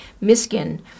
Miskin